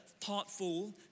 thoughtful